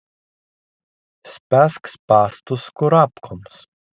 spęsk spąstus kurapkoms